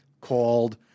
called